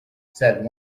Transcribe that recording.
said